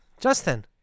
justin